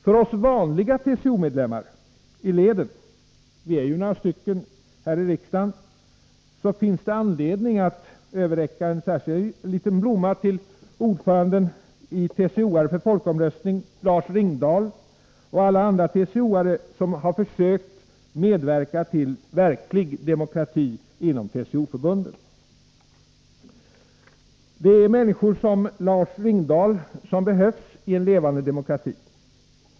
För oss vanliga TCO-medlemmar i ledet, vi är några stycken här i riksdagen, finns det anledning att överräcka en särskild liten blomma till ordföranden i TCO:are för fondomröstning, Lars Ringdahl och alla andra TCO:are som har försökt medverka till verklig demokrati inom TCO-förbundet. Det är människor som Lars Ringdahl som behövs i en levande demokrati.